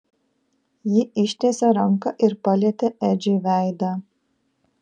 ji ištiesė ranką ir palietė edžiui veidą